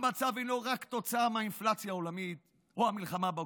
המצב אינו רק תוצאה מאינפלציה עולמית או המלחמה באוקראינה.